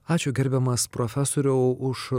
ačiū gerbiamas profesoriau už